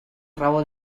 raó